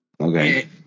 okay